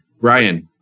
Ryan